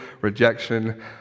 rejection